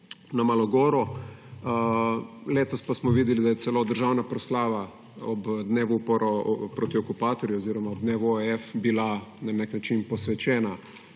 na Malo goro. Letos pa smo videli, da je celo državna proslava ob dnevu upora proti okupatorju oziroma ob dnevu OF bila na nek način posvečena